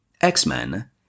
X-Men